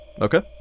Okay